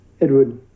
Edward